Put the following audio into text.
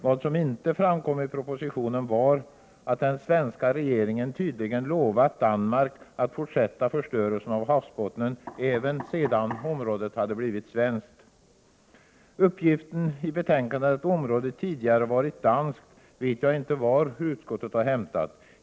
Vad som inte framkom i propositionen var att den svenska regeringen tydligen lovat Danmark att fortsätta förstörelsen av havsbottnen även sedan området hade blivit svenskt. Uppgiften i betänkandet att området tidigare varit danskt vet jag inte var utskottet har hämtat.